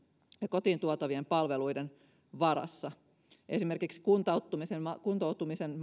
kotiin tuotavien palveluiden varassa esimerkiksi kuntoutumisen kuntoutumisen